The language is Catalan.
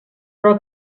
però